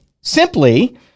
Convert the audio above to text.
simply